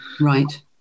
Right